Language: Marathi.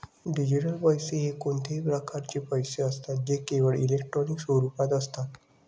डिजिटल पैसे हे कोणत्याही प्रकारचे पैसे असतात जे केवळ इलेक्ट्रॉनिक स्वरूपात असतात